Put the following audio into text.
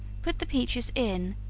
put the peaches in,